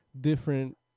different